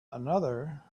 another